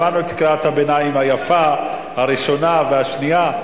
שמענו את קריאת הביניים היפה, הראשונה והשנייה.